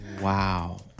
Wow